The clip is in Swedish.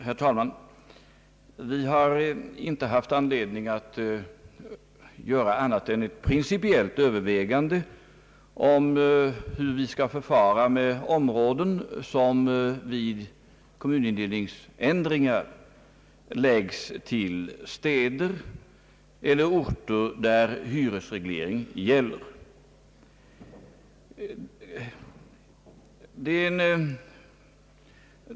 Herr talman! Vi har inte haft anledning att göra annat än ett principiellt övervägande om hur vi skall förfara med områden, som vid kommunindelningsändringar läggs till städer eller orter, där hyresreglering gäller.